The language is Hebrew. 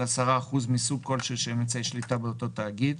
10% מסוג כלשהו של אמצעי שליטה באותו תאגיד,